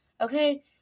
Okay